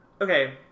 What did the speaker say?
Okay